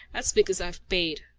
that's because i've paid.